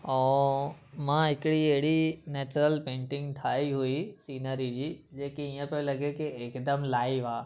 ऐं मां हिकिड़ी अहिड़ी नेचुरल पेंटिंग ठाही हुई सीनरी जी जेकी ईअं पियो लॻे की हिकदमि लाइव आहे